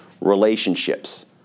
relationships